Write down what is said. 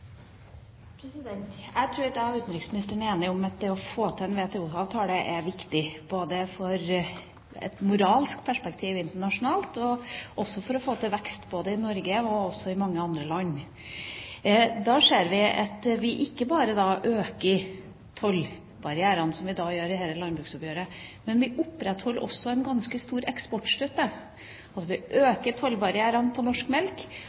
Jeg tror at jeg og utenriksministeren er enige om at det å få til en WTO-avtale er viktig, både for et moralsk perspektiv internasjonalt og for å få til vekst i Norge og også i mange andre land. Vi ser at vi ikke bare øker tollbarrierene, som vi gjør i dette landbruksoppgjøret, men vi opprettholder også en ganske stor eksportstøtte. Altså: Vi øker tollbarrierene på norsk melk,